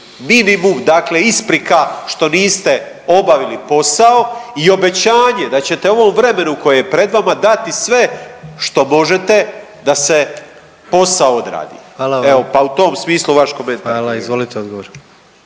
minimum. Dakle, isprika što niste obavili posao i obećanje da ćete u ovom vremenu koje je pred vama dati sve što možete da se posao odradi. …/Upadica: hvala vam./… Evo pa u tom